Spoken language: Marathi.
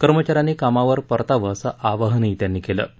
कर्मचाऱ्यांनी कामावर परतावं असं आवाहनही त्यांनी केलं आहे